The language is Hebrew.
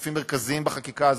שותפים מרכזיים בחקיקה הזאת,